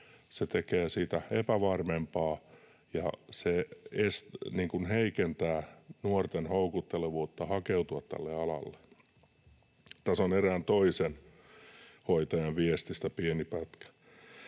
Se tekee siitä epävarmempaa, ja se heikentää houkuttelevuutta nuorten hakeutua tälle alalle. Tässä on erään toisen hoitajan viestistä pieni pätkä: